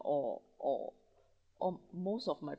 or or or most of my